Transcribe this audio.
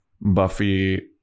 buffy